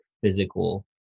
physical